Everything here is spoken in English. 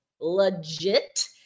legit